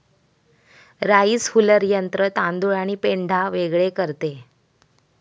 rice huller यंत्र तांदूळ आणि पेंढा वेगळे करते